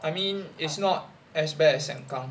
I mean it's not as bad as sengkang